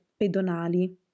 pedonali